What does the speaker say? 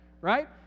right